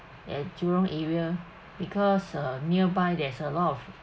at jurong area because uh nearby there is a lot of